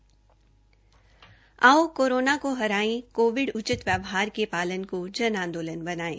आओ कोरोना को हराए कोविड उचित व्यवहार के पालन को जन आंदोलन बनायें